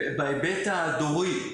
ובהיבט הדורי,